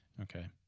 okay